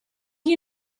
you